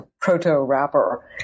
proto-rapper